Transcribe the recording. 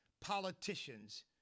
politicians